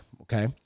Okay